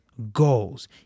goals